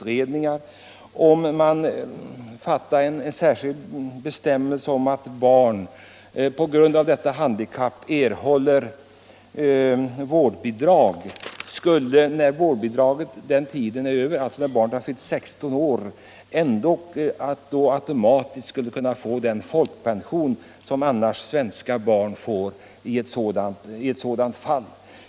Man kunde fatta ett särskilt beslut om att barn som på grund av handikapp erhåller vårdbidrag skulle, när barnet fyllt sexton år, automatiskt få folkpension som svenska barn får i eu sådant fall.